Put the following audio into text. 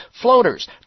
floaters